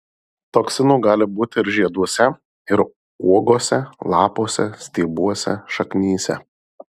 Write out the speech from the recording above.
toksinų gali būti ir žieduose ir uogose lapuose stiebuose šaknyse